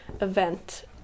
event